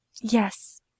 Yes